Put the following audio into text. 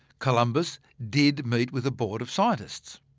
columbus did meet with a board of scientists.